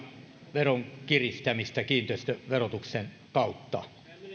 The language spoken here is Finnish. veron kiristämistä kiinteistöverotuksen kautta